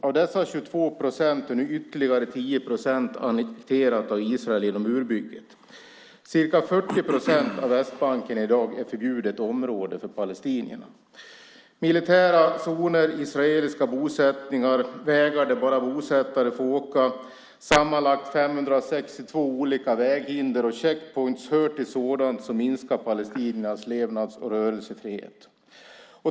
Av dessa 22 procent är nu ytterligare 10 procent annekterat av Israel genom murbygget. Ca 40 procent av Västbanken är i dag förbjudet område för palestinierna. Militära zoner, israeliska bosättningar, vägar där bara bosättare får åka, sammanlagt 562 olika väghinder och checkpoints hör till sådant som minskar palestiniernas levnads och rörelsefrihet.